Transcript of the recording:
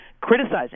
criticizing